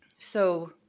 so